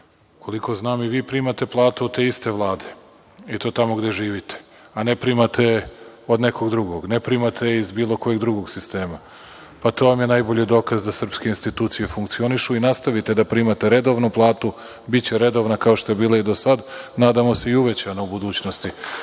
Koliko znam, i vi primate platu od te iste Vlade, i to tamo gde živite, a ne primate od nekog drugog. Ne primate je iz bilo kog drugog sistema. To vam je najbolji dokaz da srpske institucije funkcionišu. I nastavite da primate redovno platu, biće redovna kao što je bila i do sada, a nadamo se i uvećana u budućnosti.